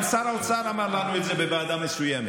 גם שר האוצר אמר לנו את זה בוועדה מסוימת,